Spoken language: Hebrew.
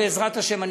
בעזרת השם,